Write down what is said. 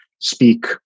speak